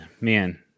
Man